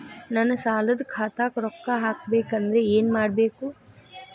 ನನ್ನ ಸಾಲದ ಖಾತಾಕ್ ರೊಕ್ಕ ಹಾಕ್ಬೇಕಂದ್ರೆ ಏನ್ ಮಾಡಬೇಕು?